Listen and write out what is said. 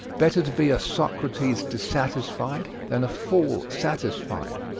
better to be a socrates dissatisfied than a fool satisfied.